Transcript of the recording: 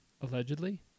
Allegedly